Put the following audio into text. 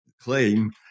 claim